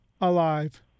alive